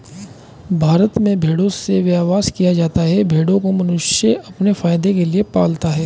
भारत में भेड़ों से व्यवसाय किया जाता है भेड़ों को मनुष्य अपने फायदे के लिए पालता है